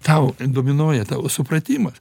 tau dominuoja tavo supratimas